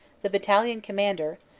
the battalion commander,